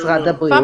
משרד הבריאות.